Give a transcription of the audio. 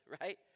right